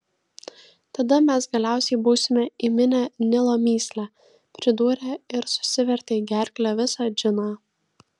tada mes galiausiai būsime įminę nilo mįslę pridūrė ir susivertė į gerklę visą džiną